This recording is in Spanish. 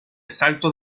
salto